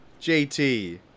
JT